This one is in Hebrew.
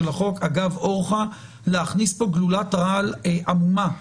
החוק אגב אורחה להכניס לכאן גלולת רעל עמומה: